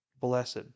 Blessed